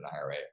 IRA